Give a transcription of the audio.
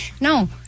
No